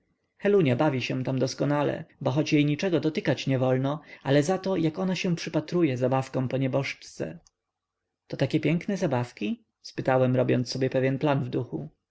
helunia bawi się tam doskonale bo choć jej niczego dotykać niewolno ale zato jak ona się przypatruje zabawkom po nieboszczce to takie piękne zabawki spytałem robiąc sobie pewien plan w duchu